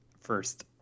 first